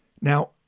Now